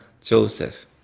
Joseph